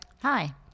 Hi